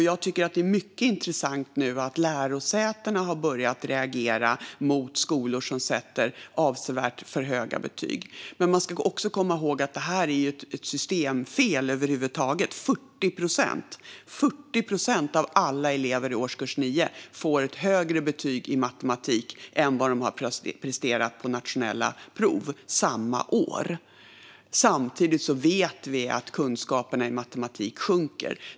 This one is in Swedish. Det är intressant att lärosätena nu har börjat reagera mot skolor som sätter avsevärt för höga betyg. Men man ska komma ihåg att detta är ett systemfel över huvud taget. Det är hela 40 procent av alla elever i årskurs 9 som får ett högre betyg i matematik än de har presterat på nationella prov samma år. Samtidigt vet vi att kunskaperna i matematik sjunker.